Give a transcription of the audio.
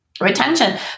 retention